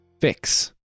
fix